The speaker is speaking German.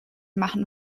machen